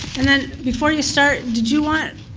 and then, before you start, did you want